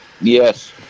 yes